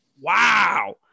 Wow